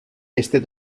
este